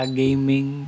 gaming